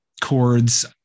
chords